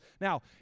Now